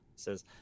Says